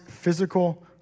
physical